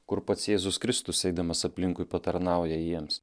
kur pats jėzus kristus eidamas aplinkui patarnauja jiems